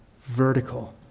vertical